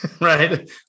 right